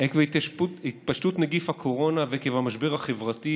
עקב התפשטות נגיף הקורונה ועקב המשבר החברתי,